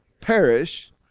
perish